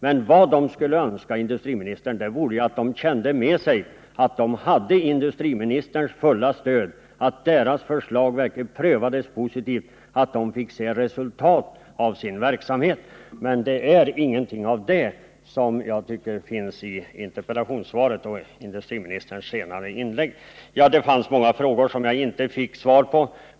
Men vad de skulle önska, industriministern, vore ju att de kände med sig att de hade industriministerns fulla stöd för att deras förslag verkligen prövades positivt så de fick se resultat av sin verksamhet. Men ingenting av det finns i interpellationssvaret eller i industriministerns senare inlägg. Det var många frågor jag inte fick svar på.